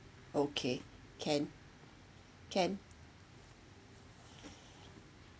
okay can can